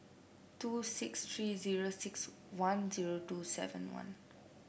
two six three zero six one zero two seven one